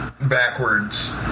backwards